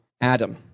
Adam